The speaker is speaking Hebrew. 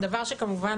דבר שכמובן